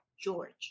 George